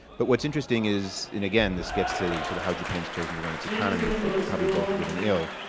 but what's interesting is and again, this gets to sort of how japan's chosen to run its economy for, probably, both good and ill.